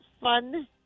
fun